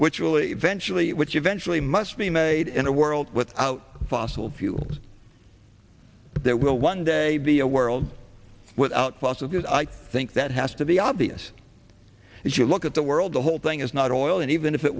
which will eventually which eventually must be made in a world without fossil fuels that will one day be a world without philosophies i think that has to be obvious if you look at the world the whole thing is not all and even if it